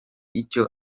icyo